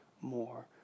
more